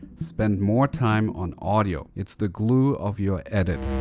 spend more time on audio. it's the glue of your edit.